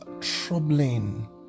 troubling